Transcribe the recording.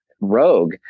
rogue